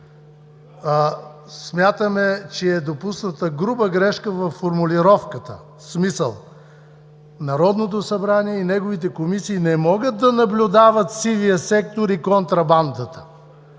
Смятаме, че е допусната груба грешка във формулировката, в смисъл Народното събрание и неговите комисии не могат да наблюдават сивия сектор и контрабандата.